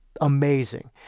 amazing